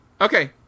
Okay